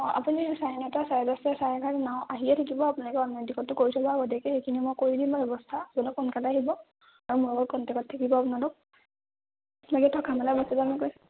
আপুনি চাৰে নটা চাৰে দছটা চাৰে এঘাৰটা নাও আহিয়ে থাকিব আপোনালোকে অনলাইন টিকটো কৰি থ'ব আগতীয়াকৈ সেইখিনি মই কৰি দিম বাৰু ব্যৱস্থা আপোনালোক সোনকালে আহিব আৰু মোৰ লগত কনটেকত থাকিব আপোনালোক সেইখিনি থকা মেলা